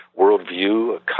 worldview